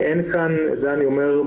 אין כאן את זה אני אומר,